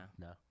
no